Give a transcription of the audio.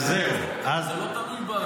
זה לא תלוי בנו.